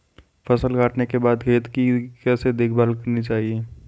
फसल काटने के बाद खेत की कैसे देखभाल करनी चाहिए?